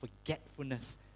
forgetfulness